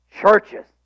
churches